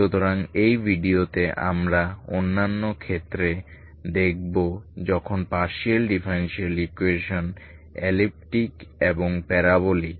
সুতরাং এই ভিডিওতে আমরা অন্যান্য ক্ষেত্রে দেখব যখন পার্শিয়াল ডিফারেনশিএল ইকুয়েশন এলিপ্টিক এবং প্যারাবোলিক